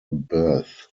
birth